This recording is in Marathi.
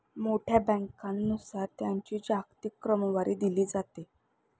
मोठ्या बँकांनुसार त्यांची जागतिक क्रमवारी दिली जाते